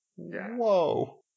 Whoa